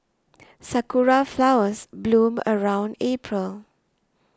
sakura flowers bloom around April